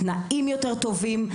תנאים יותר טובים.